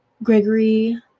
Gregory